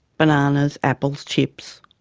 bananas, apples, chips.